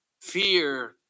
Fear